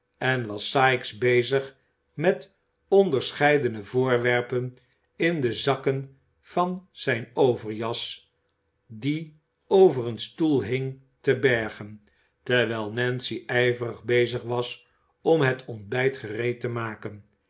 en was sikes bezig met onderscheidene voorwerpen in de zakken van zijne overjas die over een stoel hing te bergen terwijl nancy ijverig bezig was om het ontbijt gereed te maken